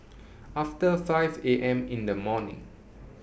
after five A M in The morning